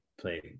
play